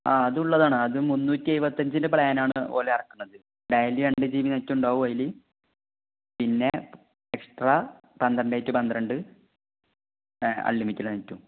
ആ അതുള്ളതാണ് അത് മുന്നൂറ്റി എഴുപത്തഞ്ചിൻ്റെ പ്ലാൻ ആണ് ഓലെ ഇറക്കുന്നത് ഡയലി രണ്ട് ജീ ബി നെറ്റ് ഉണ്ടാവും അതിൽ പിന്നെ എക്സ്ട്രാ പന്ത്രണ്ട് റ്റു പന്ത്രണ്ട് അൻലിമിറ്റഡ് നെറ്റും